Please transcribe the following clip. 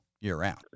year-round